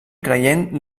creient